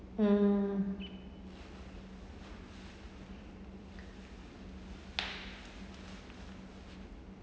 mm